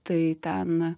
tai ten